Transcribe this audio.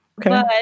Okay